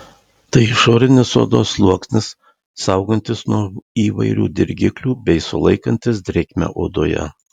tai išorinis odos sluoksnis saugantis nuo įvairių dirgiklių bei sulaikantis drėgmę odoje